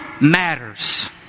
matters